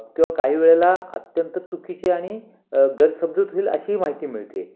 किंवा काही वेळेला अत्यंत चुकीची आणि गैरसमजूत होईल अशी माहिती मिळते